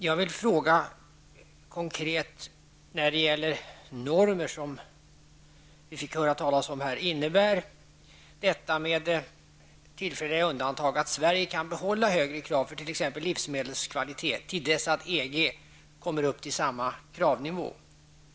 Jag vill fråga konkret när det gäller de normer som vi fick höra talas om här: Innebär detta med tillfälliga undantag att Sverige kan behålla högre krav för t.ex. livsmedelskvalitet till dess EG kommit upp i samma kravnivå?